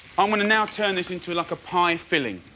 i'm gonna now turn this into like a pie filling.